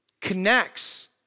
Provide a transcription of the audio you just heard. connects